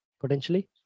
potentially